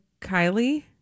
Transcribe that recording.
Kylie